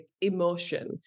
emotion